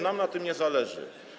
Nam na tym nie zależy.